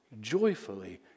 joyfully